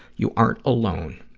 you aren't alone.